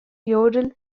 yodel